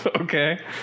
Okay